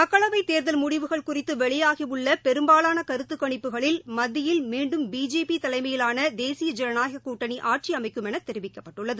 மக்களவைதேர்தல் முடிவுகள் குறித்துவெளியாகியுள்ளபெரும்பாலானகருத்துகணிப்புகளில் மத்தியில் மீண்டும் பிஜேபிதலைமையிலானதேசிய ஜனநாயககூட்டணிஆட்சிஅமைக்கும் எனதெரிவிக்கப்பட்டுள்ளது